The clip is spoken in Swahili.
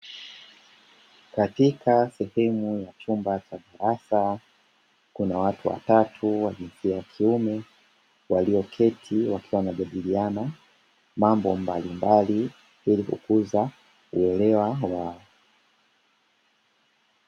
Katika sehemu ya chumba cha kisasa kuna watu watatu wa jinsia ya kiume, walioketi wakiwa wanajadiliana mambo mbalimbali ili kukuza uelewa wao.